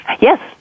Yes